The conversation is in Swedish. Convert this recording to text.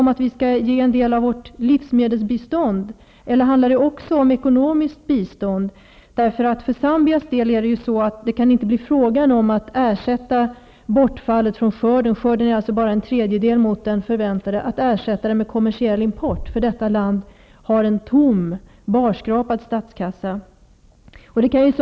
Skall vi ge en del av vårt livsmedelsbistånd eller blir det också fråga om ekonomiskt bistånd? För Zambias del kan det inte bli tal om att ersätta skördebortfallet med kommersiell import. Skörden är alltså bara en tredjedel av den som förväntats. Detta land har en barskrapad statskassa.